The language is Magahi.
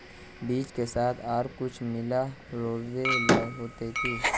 बीज के साथ आर कुछ मिला रोहबे ला होते की?